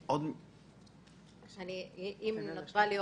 רבעון מתקיימים דיוני